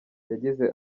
yagize